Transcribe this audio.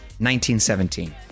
1917